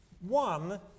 one